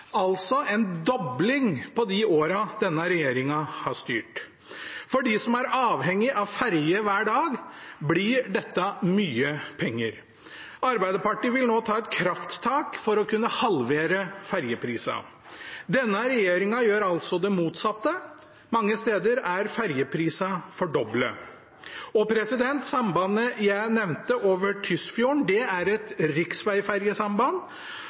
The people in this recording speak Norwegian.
altså en dobling på de årene denne regjeringen har styrt. For dem som er avhengige av ferje hver dag, blir dette mye penger. Arbeiderpartiet vil nå ta et krafttak for å kunne halvere ferjeprisene. Denne regjeringen gjør altså det motsatte; mange steder er ferjeprisene fordoblet. Sambandet jeg nevnte, over Tysfjorden, er et